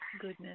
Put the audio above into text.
Goodness